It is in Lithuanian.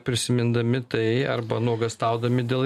prisimindami tai arba nuogąstaudami dėl